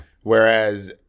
Whereas